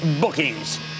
Bookings